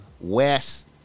West